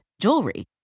jewelry